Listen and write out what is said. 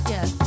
Yes